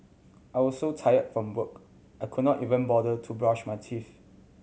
I was so tired from work I could not even bother to brush my teeth